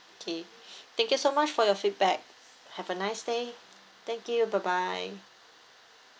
okay thank you so much for your feedback have a nice day thank you bye bye